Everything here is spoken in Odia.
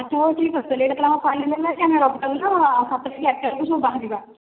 ଆଚ୍ଛା ହଉ ଠିକ୍ ଅଛି ସାତଟା କି ଆଠଟା ବେଳକୁ ସବୁ ବାହାରିବା